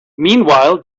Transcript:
meanwhile